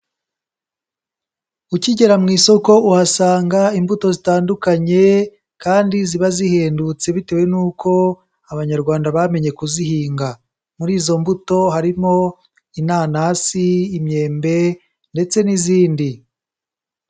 Ukigera mu isoko uhasanga imbuto zitandukanye kandi ziba zihendutse bitewe n'uko abanyarwanda bamenye kuzihinga, muri izo mbuto harimo inanasi imyembe ndetse n'izindi.